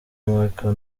merkel